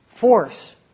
force